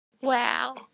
Wow